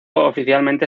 oficialmente